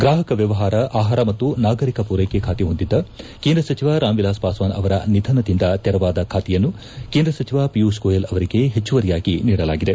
ಗ್ರಾಪಕ ವ್ಯವಹಾರ ಆಹಾರ ಮತ್ತು ನಾಗರೀಕ ಪೂರ್ನೆಕೆ ಖಾತೆ ಹೊಂದಿದ್ದ ಕೇಂದ್ರ ಸಚಿವ ರಾಮ್ ವಿಲಾಸ್ ಪಾಸ್ನಾನ್ ಆವರ ನಿಧನದಿಂದ ಕೆರವಾದ ಖಾತೆಯನ್ನು ಕೇಂದ್ರ ಸಚಿವ ಪಿಯೂಷ್ ಗೋಯಲ್ ಅವರಿಗೆ ಹೆಚ್ಚುವರಿಯಾಗಿ ನೀಡಲಾಗಿದೆ